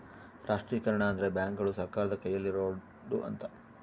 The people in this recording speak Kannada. ರಾಷ್ಟ್ರೀಕರಣ ಅಂದ್ರೆ ಬ್ಯಾಂಕುಗಳು ಸರ್ಕಾರದ ಕೈಯಲ್ಲಿರೋಡು ಅಂತ